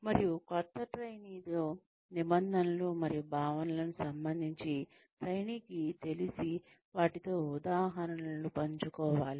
మరియు కొత్త ట్రైనీతో నిబంధనలు మరియు భావనలకు సంబంధించి ట్రైనీకి తెలిసిన వాటితో ఉదాహరణలు పంచుకోవాలి